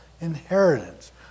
inheritance